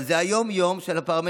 אבל זה היום-יום של הפרמדיקים,